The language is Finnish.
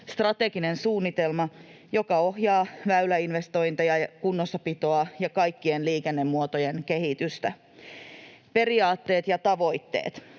strateginen suunnitelma, joka ohjaa väyläinvestointeja, kunnossapitoa ja kaikkien liikennemuotojen kehitystä. Periaatteet ja tavoitteet: